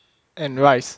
and rice